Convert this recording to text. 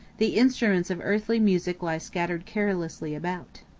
the instruments of earthly music lie scattered carelessly about.